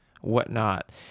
whatnot